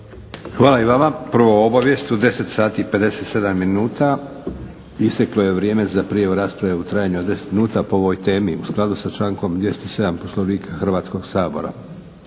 Hvala i vama. Prvo obavijest, u 10:57 isteklo je vrijeme za prijavu rasprave u trajanju u 10 minuta po ovoj temi u skladu sa člankom 207. Poslovnika Hrvatskog sabora.